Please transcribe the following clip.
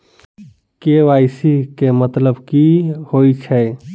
KYC केँ मतलब की होइ छै?